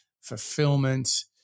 fulfillment